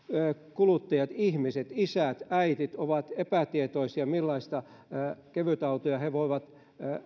kuluttajat ihmiset isät äidit ovat epätietoisia millaisia kevytautoja he voivat